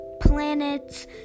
planets